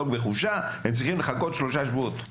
והם צריכים לחכות שלושה שבועות.